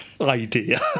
idea